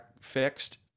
fixed